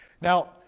Now